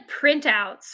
printouts